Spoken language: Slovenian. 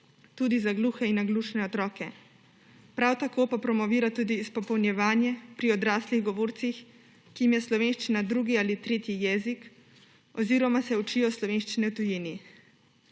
tudi za gluhe in naglušne otroke. Prav tako pa promovira tudi izpopolnjevanje pri odraslih govorcih, ki jim je slovenščina drugi ali tretji jezik oziroma se učijo slovenščine v tujini.